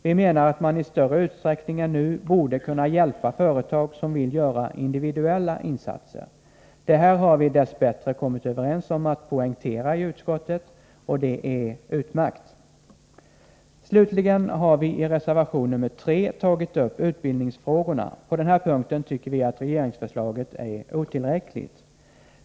Vi menar att man i större utsträckning än nu borde kunna hjälpa företag som vill göra individuella insatser. Det här har vi dess bättre kommit överens om att poängtera i utskottet, och det är utmärkt. Slutligen har vi i reservation nr 3 tagit upp utbildningsfrågorna. På den här punkten tycker vi att regeringsförslaget är otillräckligt.